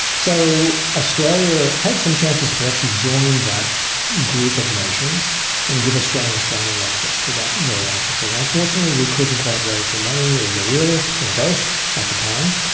so australia had some chances to actually join that group of nations and give australian astronomers access to that very large facility. unfortunately we couldn't quite raise the money or the will or both at the time,